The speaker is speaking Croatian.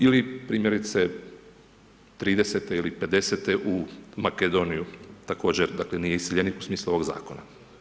Ili primjerice 30-e ili 50-e u Makedoniju, također dakle nije iseljenik u smislu ovog zakona.